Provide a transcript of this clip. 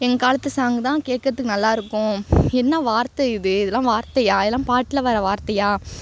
எங்கள் காலத்து சாங் தான் கேட்கிறதுக்கு நல்லாருக்கும் என்ன வார்த்தை இது இதெலாம் வார்த்தையா இதெலாம் பாட்டில் வர்ற வார்த்தையா